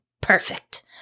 Perfect